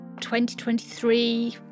2023